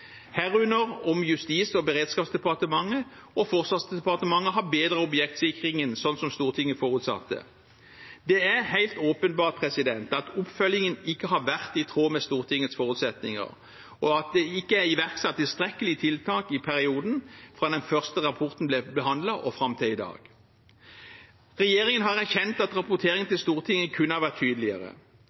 herunder om Justis- og beredskapsdepartementet og Forsvarsdepartementet har bedret objektsikringen, slik Stortinget forutsatte. Det er helt åpenbart at oppfølgingen ikke har vært i tråd med Stortingets forutsetninger, og at det ikke er iverksatt tilstrekkelige tiltak i perioden fra den første rapporten ble behandlet, og fram til i dag. Regjeringen har erkjent at rapporteringen til Stortinget kunne ha vært tydeligere.